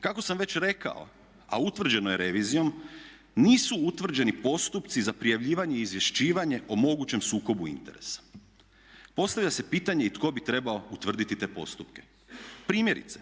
Kako sam već rekao, a utvrđeno je revizijom nisu utvrđeni postupci za prijavljivanje i izvješćivanje o mogućem sukobu interesa. Postavlja se pitanje i tko bi trebao utvrditi te postupke. Primjerice